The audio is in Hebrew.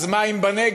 אז מה אם בנגב?